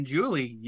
Julie